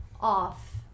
off